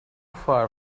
far